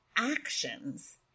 actions